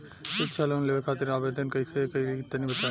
शिक्षा लोन लेवे खातिर आवेदन कइसे करि तनि बताई?